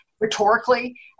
rhetorically